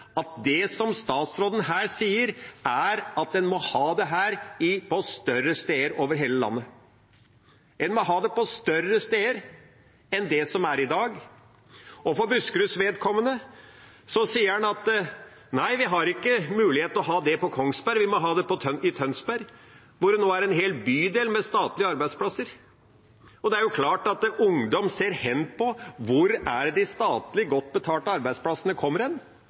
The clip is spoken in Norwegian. at det som statsråden her sier, er at en må ha det på større steder over hele landet. En må ha det på større steder enn der det er i dag. For Buskeruds vedkommende sier han at nei, vi har ikke mulighet til å ha det på Kongsberg, vi må ha det i Tønsberg, hvor det nå er en hel bydel med statlige arbeidsplasser. Det er klart at ungdom ser hen til hvor det er de godt betalte, statlige arbeidsplassene kommer, og søker dit. Det forsterker en